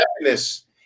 happiness